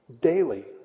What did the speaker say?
daily